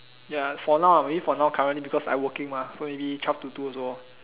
ya for now ah maybe for now currently because I working mah so maybe twelve to two also lor